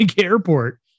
airport